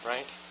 Right